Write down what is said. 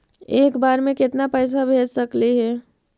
एक बार मे केतना पैसा भेज सकली हे?